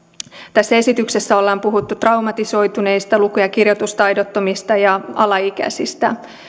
tässä esityksessä ollaan puhuttu traumatisoituneista luku ja kirjoitustaidottomista ja alaikäisistä